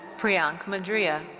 priyank madria.